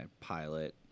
pilot